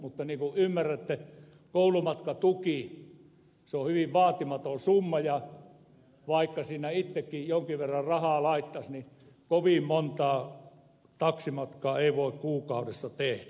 mutta niin kuin ymmärrätte koulumatkatuki on hyvin vaatimaton summa ja vaikka siinä itsekin jonkin verran rahaa laittaisi niin kovin montaa taksimatkaa ei voi kuukaudessa tehdä